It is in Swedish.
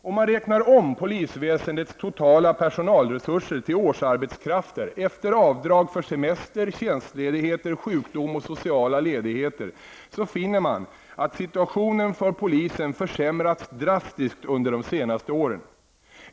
Om man räknar om polisväsendets totala personalresurer till årsarbetskrafter efter avdrag för semester, tjänstledigheter, sjukdom och sociala ledigheter, finner man att situationen för polisen försämrats drastiskt under de senaste åren.